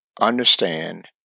Understand